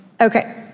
Okay